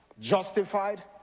justified